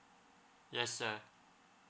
yes sir